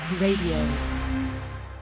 Radio